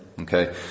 okay